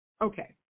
Okay